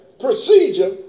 procedure